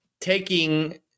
taking